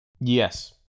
Yes